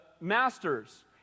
master's